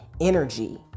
energy